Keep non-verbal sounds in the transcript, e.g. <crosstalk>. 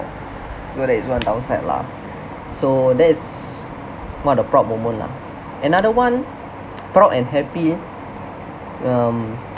so that is one downside lah <breath> so that is one of the proud moment lah another one proud and happy um